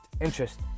interest